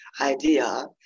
idea